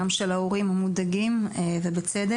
גם של ההורים המודאגים ובצדק.